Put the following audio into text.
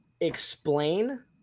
explain